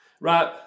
right